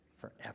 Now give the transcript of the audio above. forever